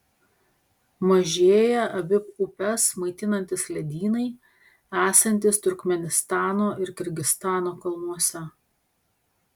mažėja abi upes maitinantys ledynai esantys turkmėnistano ir kirgizstano kalnuose